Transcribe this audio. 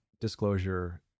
disclosure